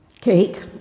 cake